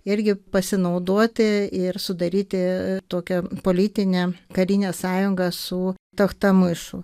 irgi pasinaudoti ir sudaryti tokią politinę karinę sąjungą su tachtamaišų